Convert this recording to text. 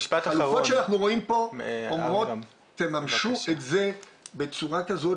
החלופות שאנחנו רואים פה אומרות 'תממשו את זה בצורה כזאת